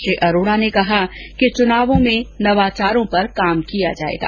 श्री अरोड़ा ने कहा कि चुनावों में नवाचारों पर कार्य किया जाएगा